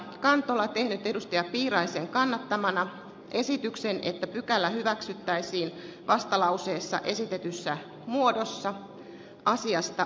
kantola ei edustajat piiraisen kannattamana esityksen että pykälä hyväksyttäisiin vastalauseessa esitetyssä muodossa kannatan ed